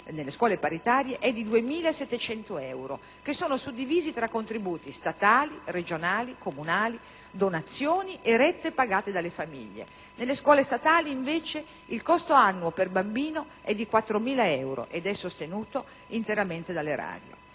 nelle scuole paritarie è di 2.700 euro, che sono suddivisi tra contributi statali, regionali, comunali, donazioni e rette pagate dalle famiglie; nelle scuole statali, invece, il costo annuo per bambino è di 4.000 euro ed è sostenuto interamente dall'erario.